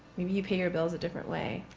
maybe you pay your bills a different way,